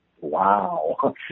Wow